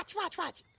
watch, watch, watch.